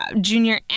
junior